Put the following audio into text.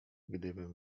gdybym